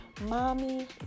mommy